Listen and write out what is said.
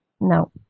no